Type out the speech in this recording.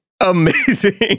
Amazing